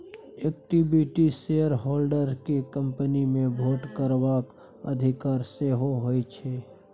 equity shareholders केँ company मे vote करबाक अधिकार सेहो होइ छै